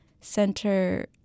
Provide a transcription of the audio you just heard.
center